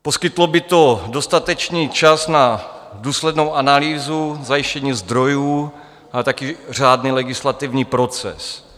Poskytlo by to dostatečný čas na důslednou analýzu zajištění zdrojů, ale také řádný legislativní proces.